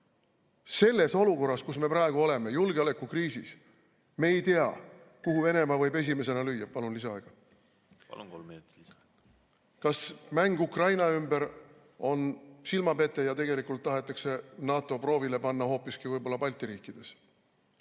Selles olukorras, kus me praegu oleme, julgeolekukriisis, me ei tea, kuhu Venemaa võib esimesena lüüa ... Palun lisaaega. Palun, kolm minutit! Palun, kolm minutit! Kas mäng Ukraina ümber on silmapete ja tegelikult tahetakse NATO proovile panna hoopiski Balti riikides?